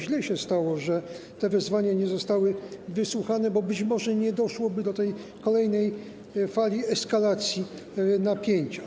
Źle się stało, że te wezwania nie zostały wysłuchane, bo być może nie doszłoby do kolejnej fali eskalacji napięcia.